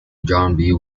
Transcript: john